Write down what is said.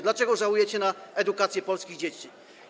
Dlaczego żałujecie ich na edukację polskich dzieci?